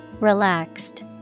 Relaxed